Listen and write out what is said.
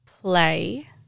play